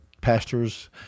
pastors